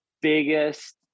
biggest